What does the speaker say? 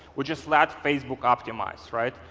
which is that facebook optimised right.